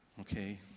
Okay